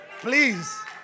Please